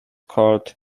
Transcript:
called